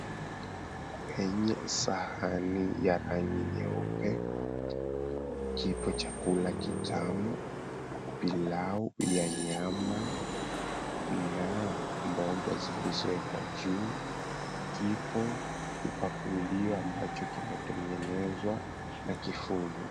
Kwenye sahani ya rangi nyeupe, kipo chakula kitamu. Pilau ya nyama na mboga zilizoekwa juu. Kipo kipakulio ambacho kimetengenezwa na kifuru.